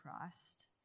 Christ